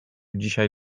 dzisiaj